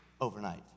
overnight